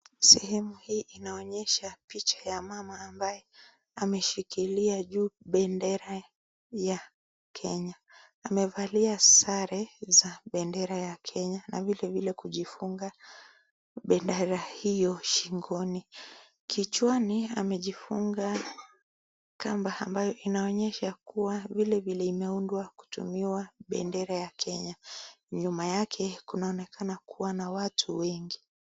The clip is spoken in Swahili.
Sehemu hii inaonyesha picha ya mama ambaye ameshikilia juu bendera ya Kenya. Amevalia sare za bendera ya Kenya na vilevile kujifunga bendera hiyo shingoni. Kichwani amejifunga kamba ambayo inaonyesha kuwa vilevile imeundwa kutumiwa bendera ya Kenya. Nyuma yake kunaonekana kuwa na watu wengi.